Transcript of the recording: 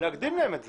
להקדים להם את זה.